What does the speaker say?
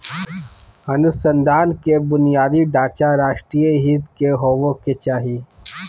अनुसंधान के बुनियादी ढांचा राष्ट्रीय हित के होबो के चाही